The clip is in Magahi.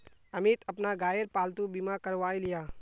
अमित अपना गायेर पालतू बीमा करवाएं लियाः